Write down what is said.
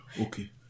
okay